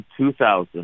2000